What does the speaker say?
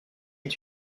est